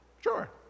Sure